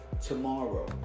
tomorrow